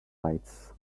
lights